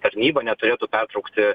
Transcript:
tarnyba neturėtų pertraukti